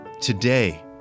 Today